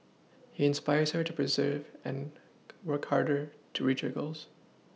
he inspires her to persevere and work harder to reach her goals